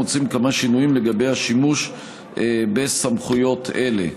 מוצעים כמה שינויים לגבי השימוש בסמכויות אלה.